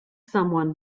someone